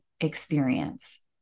experience